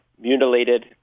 mutilated